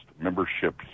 membership